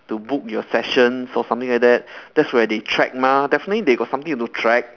to book your session so something like that that's where they track mah definitely they got something to track